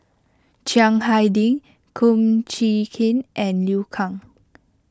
Chiang Hai Ding Kum Chee Kin and Liu Kang